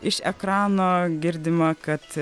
iš ekrano girdima kad